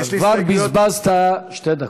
אבל בזבזת שתי דקות.